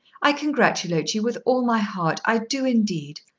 i congratulate you with all my heart i do indeed.